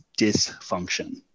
dysfunction